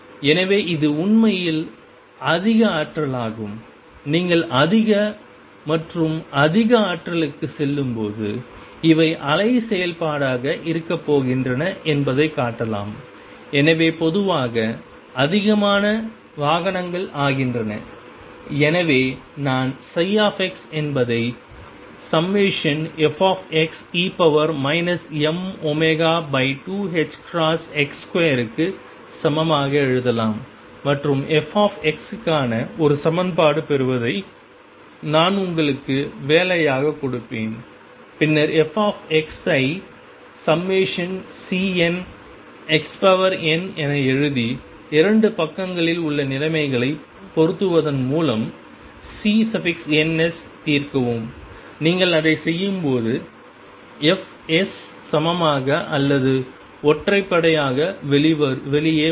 எனவே இது உண்மையில் அதிக ஆற்றலாகும் நீங்கள் அதிக மற்றும் அதிக ஆற்றல்களுக்குச் செல்லும்போது இவை அலை செயல்பாடாக இருக்கப் போகின்றன என்பதைக் காட்டலாம் எனவே பொதுவாக அதிகமான வாகனங்கள் ஆகின்றன எனவே நான் ψ என்பதை fxe mω2ℏx2 க்கு சமமாக எழுதலாம் மற்றும் f க்கான ஒரு சமன்பாடு பெறுவதை நான் உங்களுக்கு வேலையாக கொடுப்பேன் பின்னர் f ஐ Cnxn என எழுதி 2 பக்கங்களில் உள்ள நிலைமைகளை பொருத்துவதன் மூலம் C ns தீர்க்கவும் நீங்கள் அதைச் செய்யும்போது fs சமமாக அல்லது ஒற்றைப்படை ஆக வெளியே வரும்